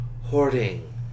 Hoarding